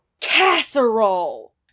Casserole